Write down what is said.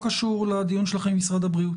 הקריטריון הזה היה כבר בסבבים הקודמים של הוועדות.